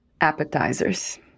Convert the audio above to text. appetizers